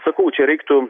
sakau čia reiktų